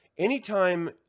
Anytime